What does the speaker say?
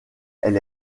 elle